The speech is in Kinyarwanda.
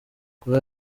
kuva